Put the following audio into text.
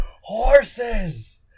Horses